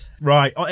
Right